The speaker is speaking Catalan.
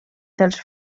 dels